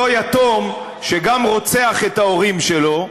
אותו יתום, שגם רוצח את ההורים שלו,